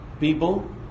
People